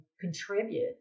contribute